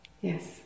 Yes